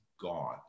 gone